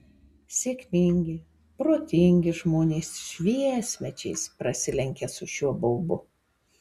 sėkmingi protingi žmonės šviesmečiais prasilenkia su šiuo baubu